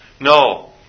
No